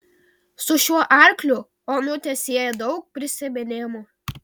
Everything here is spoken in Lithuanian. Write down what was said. su šiuo arkliu onutę sieja daug prisiminimų